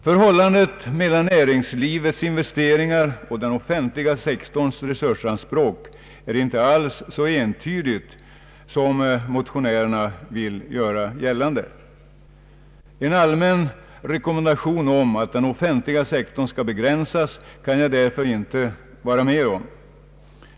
Förhållandet mellan näringslivets investeringar och den offentliga sektorns resursanspråk är inte alls så entydigt som motionärerna vill göra gällande. En allmän rekommendation om att den offentliga sektorn skall begränsas, kan jag därför inte vara med om.